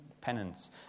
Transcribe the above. penance